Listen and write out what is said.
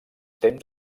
temps